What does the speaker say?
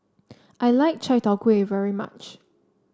I like Chai Tow Kway very much